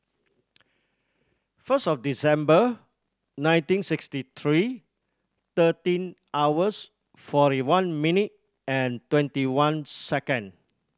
first of December nineteen sixty three thirteen hours forty one minute and twenty one second